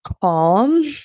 calm